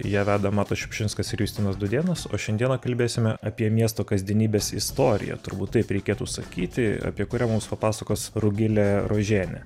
ją veda matas šiupšinskas ir justinas dūdėnas o šiandieną kalbėsime apie miesto kasdienybės istoriją turbūt taip reikėtų sakyti apie kurią mums papasakos rugilė rožienė